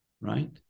right